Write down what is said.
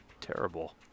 terrible